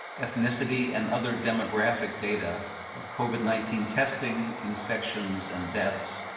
ethnicity, and other demographic data of covid nineteen testing, infections and deaths.